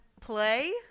play